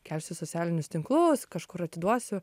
kelsiu į socialinius tinklus kažkur atiduosiu